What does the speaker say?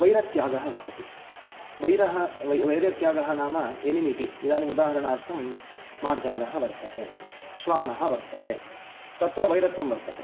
वैरत्यागः भवति वैरः वैरत्यागः नाम एनिमिटि इदानीम् उदाहरणार्थं मार्जालः वर्तते श्वानः वर्तते तत्र वैरत्वं वर्तते